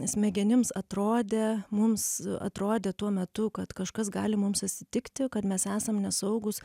smegenims atrodė mums atrodė tuo metu kad kažkas gali mums atsitikti kad mes esam nesaugūs